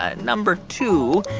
ah number two,